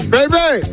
Baby